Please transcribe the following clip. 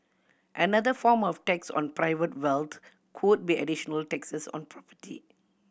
another form of tax on private wealth could be additional taxes on property